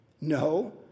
No